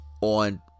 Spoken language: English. on